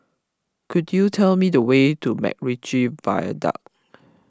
could you tell me the way to MacRitchie Viaduct